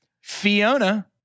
Fiona